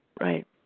Right